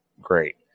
great